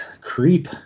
creep